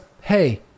hey